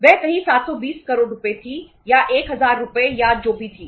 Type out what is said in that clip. वह कहीं 720 करोड़ रुपये थी या 1000 रुपये या जो भी थी